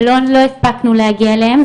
ולא הספקנו להגיע אליהם.